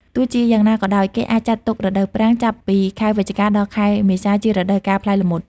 ទោះជាយ៉ាងណាក៏ដោយ គេអាចចាត់ទុក រដូវប្រាំង ចាប់ពីខែវិច្ឆិកា ដល់ខែមេសា ជារដូវកាលផ្លែល្មុត។